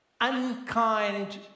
unkind